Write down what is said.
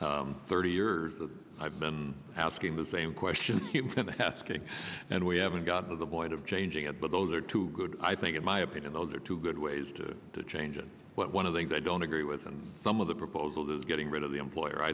one thirty years i've been asking the same question asking and we haven't got the boyd of changing it but those are two good i think in my opinion those are two good ways to change it but one of the things i don't agree with and some of the proposal is getting rid of the employer i